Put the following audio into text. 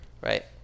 right